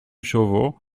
chauveau